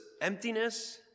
emptiness